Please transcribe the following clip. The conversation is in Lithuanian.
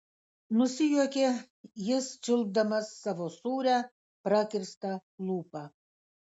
nusijuokė jis čiulpdamas savo sūrią prakirstą lūpą